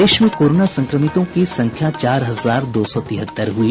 प्रदेश में कोरोना संक्रमितों की संख्या चार हजार दो सौ तिहत्तर हुई